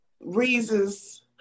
reasons